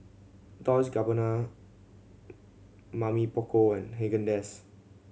Dolce Gabbana Mamy Poko and Haagen Dazs